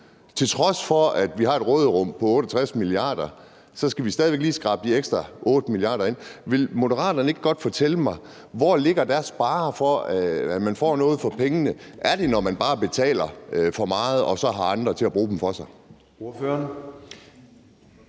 Til trods for at vi har et råderum på 68 mia. kr., skal vi stadig væk lige skrabe de ekstra 8 mia. kr. ind. Vil Moderaterne ikke godt fortælle mig, hvor deres barre ligger for, at man får noget for pengene? Er det, når man bare betaler for meget, og så har andre til at bruge dem for sig?